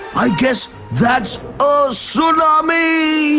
i guess that's a tsunami!